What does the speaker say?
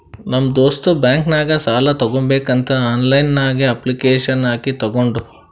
ನಮ್ ದೋಸ್ತ್ ಬ್ಯಾಂಕ್ ನಾಗ್ ಸಾಲ ತಗೋಬೇಕಂತ್ ಆನ್ಲೈನ್ ನಾಗೆ ಅಪ್ಲಿಕೇಶನ್ ಹಾಕಿ ತಗೊಂಡ್